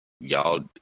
y'all